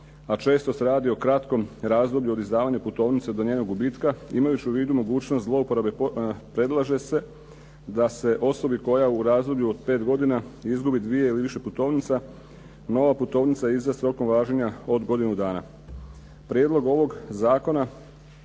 a često se radi o kratkom razdoblju od izdavanja putovnice do njenog gubitka imajući u vidu mogućnost zlouporabe, predlaže se da se osobi koja u razdoblju od pet godina …/Govornik se ne razumije./… dvije ili više putovnica nova putovnica izdaje sa rokom važenja od godinu dana. Prijedlogom ovoga zakona